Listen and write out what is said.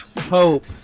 Hope